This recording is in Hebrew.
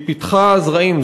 היא פיתחה זרעים,